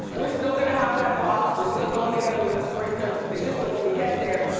we're still gonna have that box, we're still going together in the sprinter. it's just that when we get there,